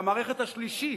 והמערכת השלישית,